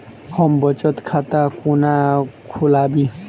हम बचत खाता कोना खोलाबी?